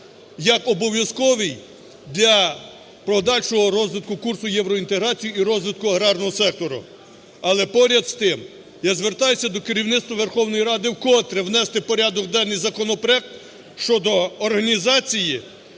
як обов'язковий для подальшого розвитку курсу євроінтеграції і розвитку аграрного сектору. Але поряд з тим, я звертаюся до керівництва Верховної Ради, вкотре, внести в порядок денний законопроект щодо організації